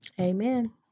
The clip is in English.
Amen